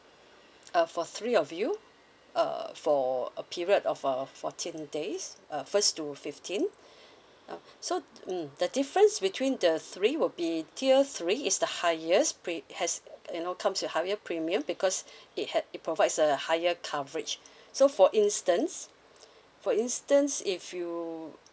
uh for three of you uh for a period of uh fourteen days uh first to fifteen uh so mm the difference between the three will be tier three is the highest pre~ has you know comes with higher premium because it had it provides a higher coverage so for instance for instance if you